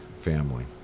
Family